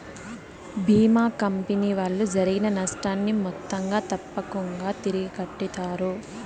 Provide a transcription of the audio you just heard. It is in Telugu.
భీమా కంపెనీ వాళ్ళు జరిగిన నష్టాన్ని మొత్తంగా తప్పకుంగా తిరిగి కట్టిత్తారు